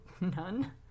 None